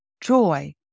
joy